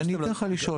אז אני אתן לך לשאול.